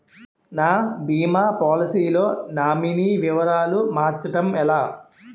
నా భీమా పోలసీ లో నామినీ వివరాలు మార్చటం ఎలా?